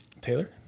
Taylor